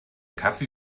kaffee